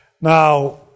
Now